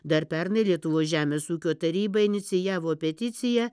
dar pernai lietuvos žemės ūkio taryba inicijavo peticiją